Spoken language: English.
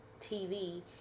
TV